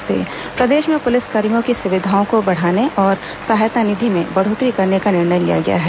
police कल्याण बैठक प्रदेश में पुलिसकर्मियों की सुविधाओं को बढ़ाने और सहायता निधि में बढ़ोत्तरी करने का निर्णय लिया गया है